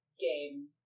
game